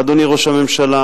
אדוני ראש הממשלה,